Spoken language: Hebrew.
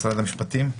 משרד המשפטים?